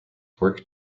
work